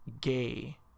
gay